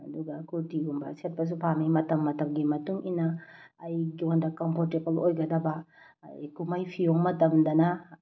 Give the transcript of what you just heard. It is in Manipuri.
ꯑꯗꯨꯒ ꯀꯨꯔꯇꯤꯒꯨꯝꯕ ꯁꯦꯠꯄꯁꯨ ꯄꯥꯝꯃꯤ ꯃꯇꯝ ꯃꯇꯝꯒꯤ ꯃꯇꯨꯡ ꯏꯟꯅ ꯑꯩꯉꯣꯟꯗ ꯀꯝꯐꯣꯔꯇꯦꯕꯜ ꯑꯣꯏꯒꯗꯕ ꯀꯨꯝꯃꯩ ꯐꯤꯌꯣꯡ ꯃꯇꯝꯗꯅ